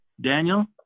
Daniel